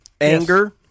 Anger